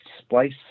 splice